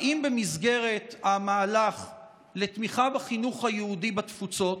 האם במסגרת המהלך לתמיכה בחינוך היהודי בתפוצות,